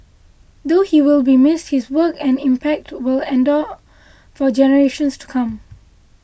though he will be missed his work and impact will endure for generations to come